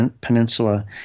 peninsula